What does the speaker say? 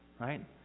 Right